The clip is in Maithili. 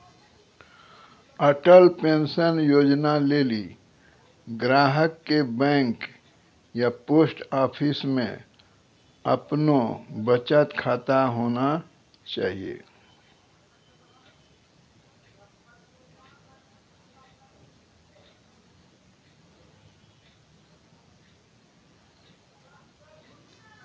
अटल पेंशन योजना लेली ग्राहक के बैंक या पोस्ट आफिसमे अपनो बचत खाता होना चाहियो